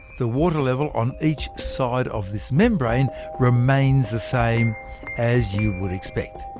the water level on each side of this membrane remains the same as you would expect.